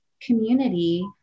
community